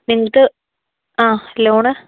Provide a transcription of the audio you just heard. നിങ്ങൾക്ക് ആ ലോണ്